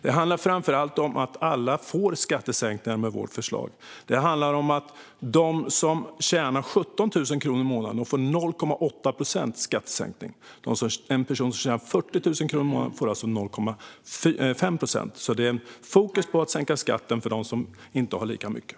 Det handlar framför allt om att alla får en skattesänkning med vårt förslag. Den som tjänar 17 000 kronor i månaden får 0,8 procent i skattesänkning, medan den som tjänar 40 000 kronor i månaden får 0,5 procent. Det är alltså fokus på att sänka skatten för dem som inte har lika mycket.